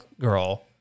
girl